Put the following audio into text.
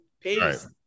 Peace